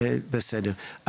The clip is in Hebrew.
בסדר.